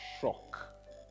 shock